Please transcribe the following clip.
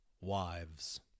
Wives